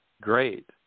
great